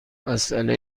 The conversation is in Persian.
مساله